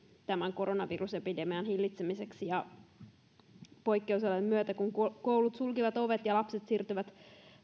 tämän koronavirusepidemian hillitsemiseksi poikkeusolojen myötä koulut sulkivat ovet ja lapset siirtyivät